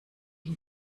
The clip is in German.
ihn